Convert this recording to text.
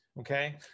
okay